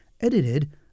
edited